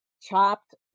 chopped